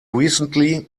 recently